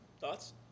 thoughts